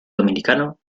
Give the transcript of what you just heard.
dominicano